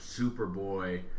Superboy